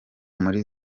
muri